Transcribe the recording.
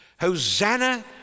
Hosanna